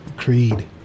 Creed